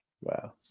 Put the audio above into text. Wow